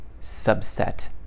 subset